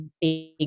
big